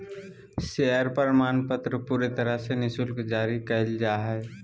share प्रमाणपत्र पूरे तरह से निःशुल्क जारी कइल जा हइ